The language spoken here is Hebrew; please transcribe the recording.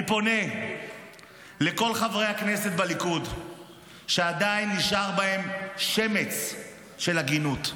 אני פונה לכל חברי הכנסת בליכוד שעדיין נשאר בהם שמץ של הגינות,